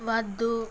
వద్దు